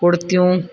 कुर्तियूं